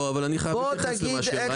לא, אבל אני חייב להתייחס למה שהיא אמרה.